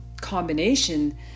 combination